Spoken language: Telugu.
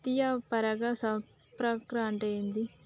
కృత్రిమ పరాగ సంపర్కం అంటే ఏంది?